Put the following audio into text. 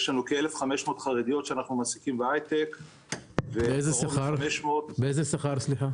יש לנו כ-1,500 חרדיות שאנחנו מעסיקים בהייטק --- באיזה שכר?